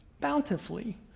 bountifully